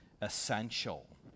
essential